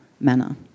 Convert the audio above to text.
manner